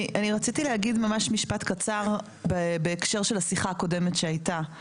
אני רציתי להגיד ממש משפט קצר בהקשר של השיחה הקודמת שהייתה.